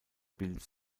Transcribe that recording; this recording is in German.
bild